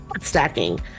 stacking